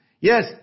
Yes